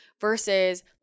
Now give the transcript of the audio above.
versus